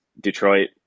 Detroit